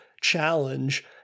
challenge